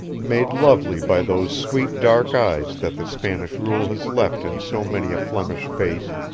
made lovely by those sweet dark eyes that the spanish rule has left in so many a flemish face,